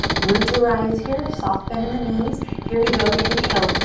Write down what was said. root to rise here, soft bend in the knees. here we go, inhale,